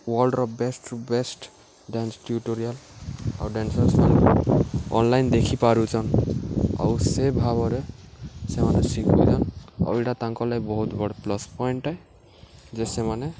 ୱାର୍ଲ୍ଡ୍ର best to best dance tutorial ଆଉ ଡ୍ୟାନ୍ସର୍ସ୍ମାନେ online ଦେଖିପାରୁଚନ୍ ଆଉ ସେ ଭାବରେ ସେମାନେ ଶିଖଉଚନ୍ ଆଉ ଏଇଟା ତାଙ୍କଲେ ବହୁତ ବଡ଼ ପ୍ଲସ୍ ପଏଣ୍ଟ୍ ଏ ଯେ ସେମାନେ